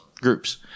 groups